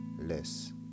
less